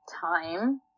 time